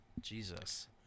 Jesus